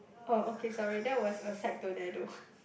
oh okay sorry that was aside tornado